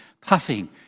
puffing